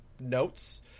notes